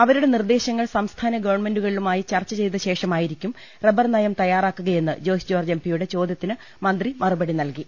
അവരുടെ നിർദേശങ്ങൾ സംസ്ഥാന ഗവൺമെന്റുകളുമായി ചർച്ച ചെയ്ത ശേഷമായിരിക്കും റബ്ബർ നയം തയാറാക്കുകയെന്ന് ജോയ്സ് ജോർജ് എംപിയുടെ ചോദ്യത്തിന് മന്ത്രി മറുപടി നൽകി